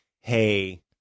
hey